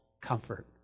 comfort